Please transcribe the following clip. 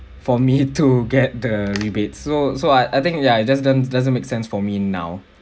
for me to get the rebate so so I I think ya it just doesn't doesn't make sense for me now